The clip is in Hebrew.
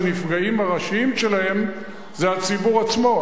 שהנפגעים הראשיים שלה זה הציבור עצמו,